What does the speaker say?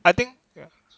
I think